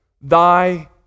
thy